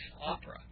opera